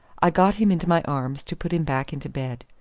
i got him into my arms to put him back into bed.